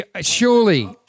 surely